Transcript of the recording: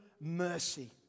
mercy